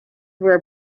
were